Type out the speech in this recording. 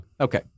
Okay